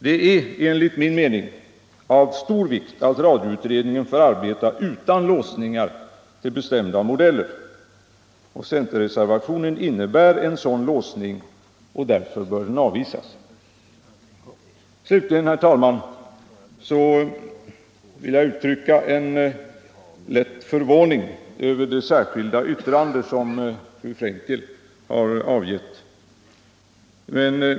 Det är enligt min mening av stor vikt att radioutredningen får arbeta utan låsningar till bestämda modeller. Centerreservationen innebär en sådan låsning, och därför bör den avvisas. Slutligen, herr talman, vill jag uttrycka en lätt förvåning över det sär skilda yttrande som fru Frenkel har avgivit.